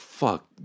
fuck